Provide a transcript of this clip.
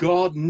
God